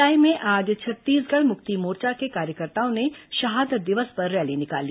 भिलाई में आज छत्तीसगढ़ मुक्ति मोर्चा के कार्यकर्ताओं ने शहादत दिवस पर रैली निकाली